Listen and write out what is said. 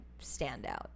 standout